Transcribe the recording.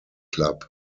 club